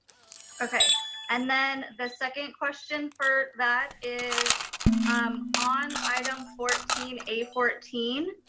okay and then the second question for that is um on item fourteen a fourteen,